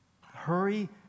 Hurry